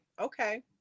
Okay